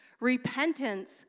Repentance